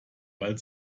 weil